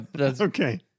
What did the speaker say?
Okay